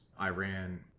Iran